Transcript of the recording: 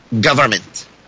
government